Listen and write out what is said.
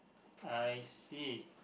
I see